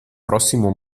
prossimo